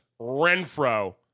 Renfro